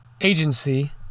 agency